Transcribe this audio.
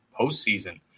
postseason